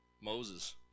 Moses